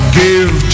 give